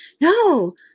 No